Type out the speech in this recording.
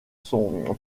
son